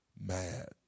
mad